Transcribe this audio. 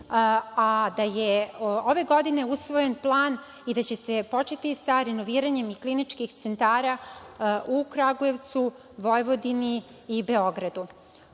a da je ove godine usvojen plan i da će se početi sa renoviranjem i Kliničkih centara u Kragujevcu, Vojvodini i Beogradu. Istakla